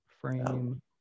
frame